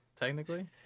Technically